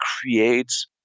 creates